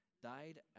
Died